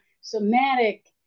somatic